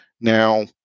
Now